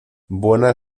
buena